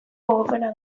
gogokoena